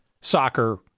soccer